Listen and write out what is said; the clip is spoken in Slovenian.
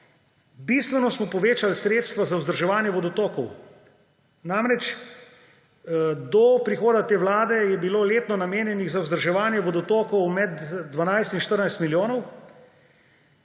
Bistveno smo povečali sredstva za vzdrževanje vodotokov. Do prihoda te vlade je bilo letno namenjenih za vzdrževanje vodotokov med 12 in 14 milijonov,